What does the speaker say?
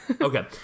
Okay